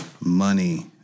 money